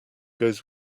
goes